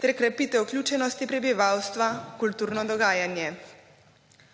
ter krepitev vključenosti prebivalstva v kulturno dogajanje.